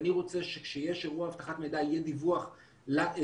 אני רוצה שכשיש אירוע אבטחת מידע יהיה דיווח לאזרחים